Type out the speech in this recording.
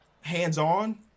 hands-on